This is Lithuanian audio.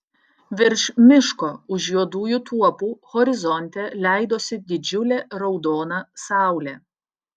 virš miško už juodųjų tuopų horizonte leidosi didžiulė raudona saulė